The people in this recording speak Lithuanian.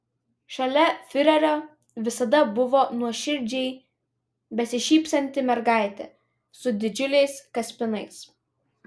šalia fiurerio visada buvo nuoširdžiai besišypsanti mergaitė su didžiuliais kaspinais